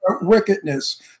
wickedness